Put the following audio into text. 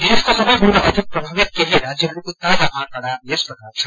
देशको सबेभन्दा अधिक प्रभावित केही राज्यहरूको ताजा आकंहा यस प्रकार छन्